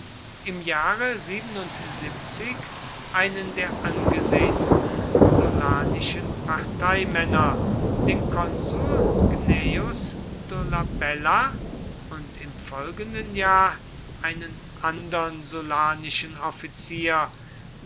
im jahre einen der angesehensten sullanischen parteimänner den konsular gnaeus dolabella und im folgenden jahr einen andern sullanischen offizier